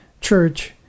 church